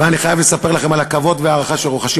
אבל אני חייב לספר לכם על הכבוד וההערכה שרוחשים